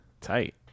Tight